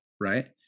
right